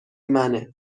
منه